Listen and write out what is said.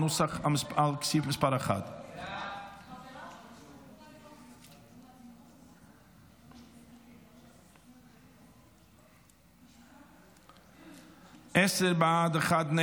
על סעיף מס' 1. סעיף 1,